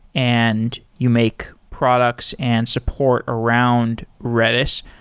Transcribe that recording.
and you make products and support around redis.